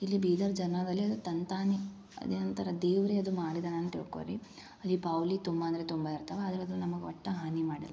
ಇಲ್ಲಿ ಬೀದರ್ ಜನದಲ್ಲಿ ಅದು ತಂತಾನೆ ಅದೇ ಒಂಥರ ದೇವರೇ ಅದು ಮಾಡಿದಾನೆ ಅಂತ ತಿಳ್ಕೋರಿ ಅಲ್ಲಿ ಬಾವಲಿ ತುಂಬ ಅಂದರೆ ತುಂಬ ಇರ್ತವೆ ಆದರೆ ಅವು ನಮಗದು ಒಟ್ಟ ಹಾನಿ ಮಾಡೋಲ್ಲ